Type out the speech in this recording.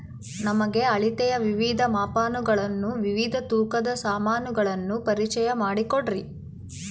ನಮಗೆ ಅಳತೆಯ ವಿವಿಧ ಮಾಪನಗಳನ್ನು ವಿವಿಧ ತೂಕದ ಸಾಮಾನುಗಳನ್ನು ಪರಿಚಯ ಮಾಡಿಕೊಡ್ರಿ?